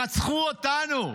רצחו אותנו,